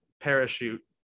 parachute